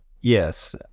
Yes